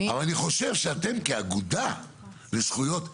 אני חושב שאתם, כאגודה לזכויות האזרח,